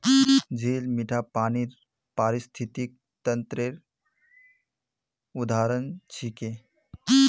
झील मीठा पानीर पारिस्थितिक तंत्रेर उदाहरण छिके